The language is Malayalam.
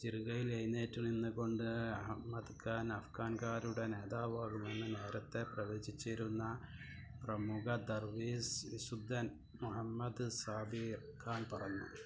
ജിർഗയിൽ എഴുന്നേറ്റ് നിന്നുകൊണ്ട് അഹ്മദ് ഖാൻ അഫ്ഗാൻ കാരുടെ നേതാവാകുമെന്ന് നേരത്തെ പ്രവചിച്ചിരുന്ന പ്രമുഖ ദർവിസ് വിശുദ്ധൻ മുഹമ്മദ് സാബിർ ഖാൻ പറഞ്ഞു